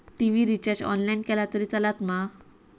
TV recharge online केला तरी चलात मा?